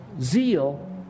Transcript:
Zeal